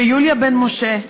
ויוליה בן-משה,